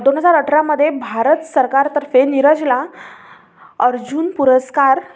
दोन हजार अठरामध्ये भारत सरकारतर्फे निरजला अर्जुन पुरस्कार